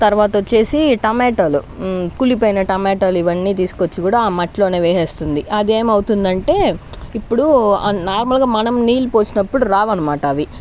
తర్వాత వచ్చేసి టమాటోలు కులిపోయిన టమాటాలు ఇవన్నీ తీసుకొచ్చి కూడా ఆ మట్టిలోనే వేసేస్తుంది అదేం అవుతుంది అంటే ఇప్పుడు నార్మల్గా మనం నీళ్లు పోసినప్పుడు రావు అనమాట అవి